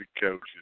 coaches